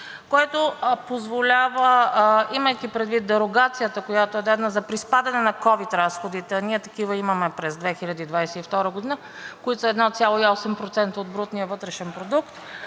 което позволява, имайки предвид дерогацията, която е дадена, за приспадане на ковид разходите, а ние такива имаме през 2022 г., които са 1,8% от брутния вътрешен продукт,